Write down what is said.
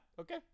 okay